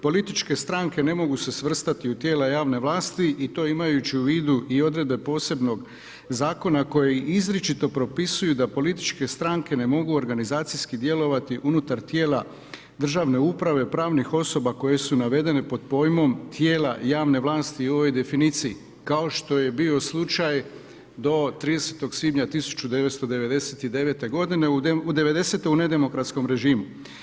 Političke stranke ne mogu se svrstati u tijela javne vlasti i to imajući u vidu i odredbe posebnog zakona koji izričito propisuju da političke stranke ne mogu organizacijski djelovati unutar tijela državne uprave, pravnih osoba koje su navedene pod pojmom tijela javne vlasti u ovoj definiciji, kao što je bio slučaj do 30. svibnja 1990. godine u ne demokratskom režimu.